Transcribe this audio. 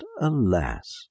alas